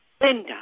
Linda